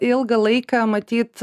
ilgą laiką matyt